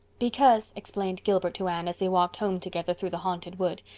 because, explained gilbert to anne, as they walked home together through the haunted wood,